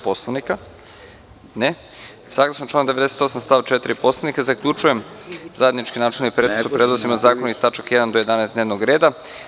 Poslovnika? (Ne) Saglasno članu 98. stav 4. Poslovnika zaključujem zajednički načelni pretres o predlozima zakona iz tačaka 1. do 11. dnevnog reda.